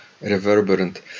reverberant